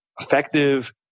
effective